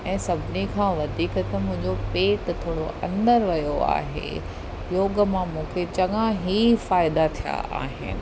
ऐं सभिनी खां वधीक त मुंहिंजो पेटु थोरो अंदरु वियो आहे योग मां मूंखे चङा ई फ़ाइदा थिया आहिनि